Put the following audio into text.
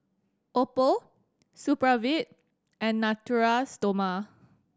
Oppo Supravit and Natura Stoma